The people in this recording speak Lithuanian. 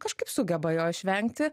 kažkaip sugeba jo išvengti